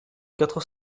quatre